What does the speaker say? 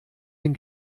den